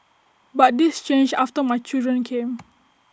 but this changed after my children came